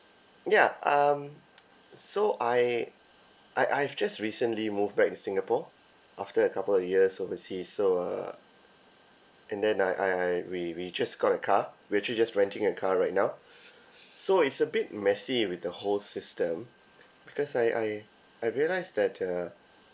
ya um so I I I've just recently moved back to singapore after a couple of years overseas so uh and then I I I we we just got a car we're actually just renting a car right now so it's a bit messy with the whole system because I I I realise that uh